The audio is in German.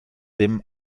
dem